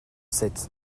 sept